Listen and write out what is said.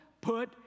Put